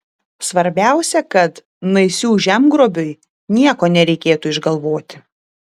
svarbiausia kad naisių žemgrobiui nieko nereikėtų išgalvoti